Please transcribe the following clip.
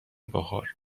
بخور